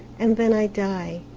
and then i die.